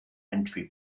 entry